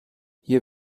hier